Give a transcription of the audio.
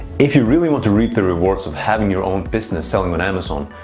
if you really want to reap the rewards of having your own business selling on amazon,